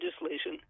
legislation